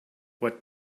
what